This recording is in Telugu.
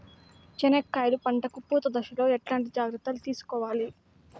చెనక్కాయలు పంట కు పూత దశలో ఎట్లాంటి జాగ్రత్తలు తీసుకోవాలి?